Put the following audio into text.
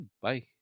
Bye